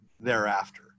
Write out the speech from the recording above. thereafter